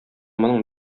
моның